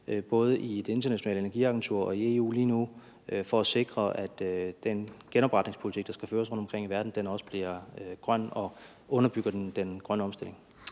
både i Det Internationale Energiagentur og i EU lige nu for at sikre, at den genopretningspolitik, der skal føres rundtomkring i verden, også bliver grøn og underbygger den grønne omstilling.